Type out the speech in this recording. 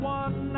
one